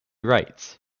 rights